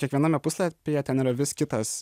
kiekviename puslapyje ten yra vis kitas